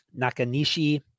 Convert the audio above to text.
Nakanishi